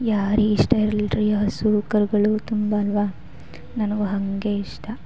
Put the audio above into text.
ಯಾರಿಗೆ ಇಷ್ಟ ಇರಲ್ಲ ರೀ ಹಸು ಕರುಗಳು ತುಂಬ ಅಲ್ವಾ ನನುಗೂ ಹಾಗೆ ಇಷ್ಟ